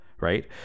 Right